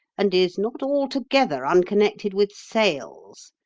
and is not altogether unconnected with sales.